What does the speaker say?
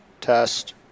test